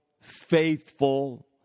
faithful